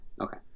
okay